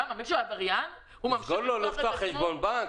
לא לפתוח חשבון בנק?